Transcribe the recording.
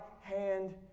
hand